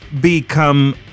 become